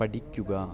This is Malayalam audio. പഠിക്കുക